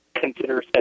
consider